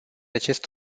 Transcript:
acest